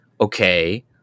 okay